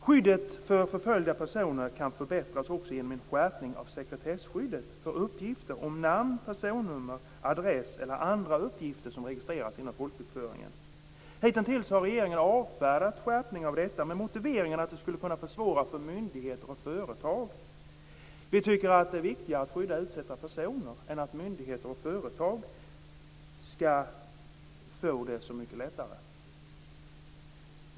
Skyddet för förföljda personer kan förbättras också genom en skärpning av sekretesskyddet för uppgifter om namn, personnummer, adress eller andra uppgifter som registreras inom folkbokföringen. Hitintills har regeringen avfärdat en skärpning med motiveringen att det skulle kunna försvåra för myndigheter och företag. Vi tycker att det är viktigare att skydda utsatta personer än att myndigheter och företag skall få det så mycket lättare.